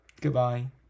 Goodbye